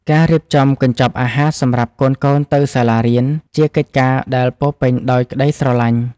ការរៀបចំកញ្ចប់អាហារសម្រាប់កូនៗទៅសាលារៀន ជាកិច្ចការដែលពោរពេញដោយក្តីស្រឡាញ់។